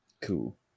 cool